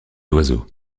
oiseaux